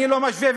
אני לא משווה,